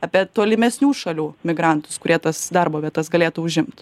apie tolimesnių šalių migrantus kurie tas darbo vietas galėtų užimt